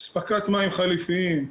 אספקת מים חליפיים,